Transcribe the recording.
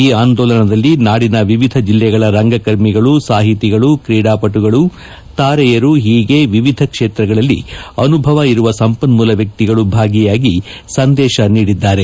ಈ ಅಂದೋಲನದಲ್ಲಿ ನಾದಿನ ವಿವಿಧ ಜಿಲ್ಲೆಗಳ ರಂಗಕರ್ಮಿಗಳು ಸಾಹಿತಿಗಳು ಕ್ರೀಡಾಪಟುಗಳು ತಾರೆಯರು ಹೀಗೆ ವಿವಿಧ ಕ್ಷೇತ್ರಗಳಲ್ಲಿ ಅನುಭವ ಇರುವ ಸಂಪನ್ಮೂಲ ವ್ಯಕ್ತಿಗಳು ಭಾಗಿಯಾಗಿ ಸಂದೇಶ ನೀಡಿದ್ದಾರೆ